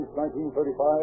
1935